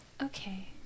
Okay